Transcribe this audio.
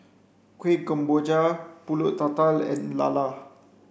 Kuih Kemboja Pulut Tatal and Lala